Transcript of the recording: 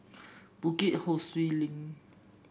Bukit Ho Swee Link